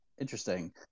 interesting